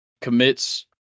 commits